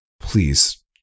Please